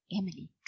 Emily